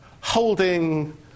holding